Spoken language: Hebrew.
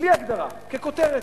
בלי הגדרה, ככותרת.